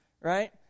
right